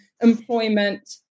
employment